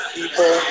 people